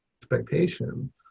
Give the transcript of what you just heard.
expectation